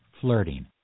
flirting